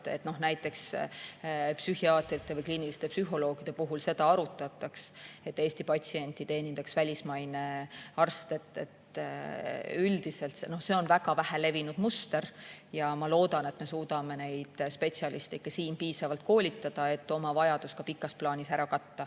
et näiteks psühhiaatrite või kliiniliste psühholoogide puhul seda arutataks, et Eesti patsienti teenindaks välismaine arst. Üldiselt see on väga vähe levinud muster. Ma loodan, et me suudame neid spetsialiste ikka siin piisavalt koolitada, et oma vajadus ka pikas plaanis ära katta.